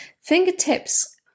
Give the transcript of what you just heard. Fingertips